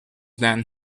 then